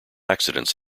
accidents